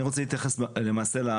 אני רוצה להתייחס לסעיף